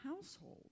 household